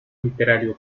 literario